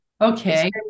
Okay